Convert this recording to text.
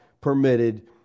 permitted